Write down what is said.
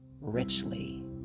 richly